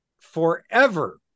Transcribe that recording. forever